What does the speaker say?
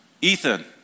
Ethan